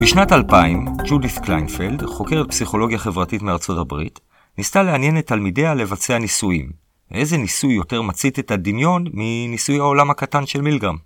בשנת 2000, ג'ודיף קליינפלד, חוקרת פסיכולוגיה חברתית מארצות הברית, ניסתה לעניין את תלמידיה לבצע ניסויים. איזה ניסוי יותר מצית את הדמיון מניסוי העולם הקטן של מילגרם?